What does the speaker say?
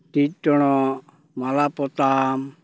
ᱴᱤᱜ ᱴᱚᱲᱚᱜ ᱢᱟᱟ ᱯᱚᱛᱟᱢ